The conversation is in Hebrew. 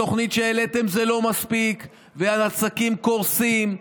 התוכנית שהעליתם לא מספיקה והעסקים קורסים.